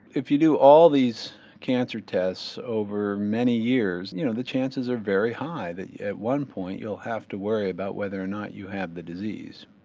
if you do all these cancer tests over many years and you know the chances are very high that at one point you will have to worry about whether or not you have the disease.